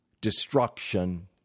destruction